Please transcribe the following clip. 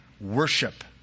worship